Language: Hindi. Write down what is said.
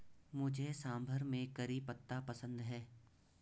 मुझे सांभर में करी पत्ता पसंद है